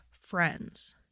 friends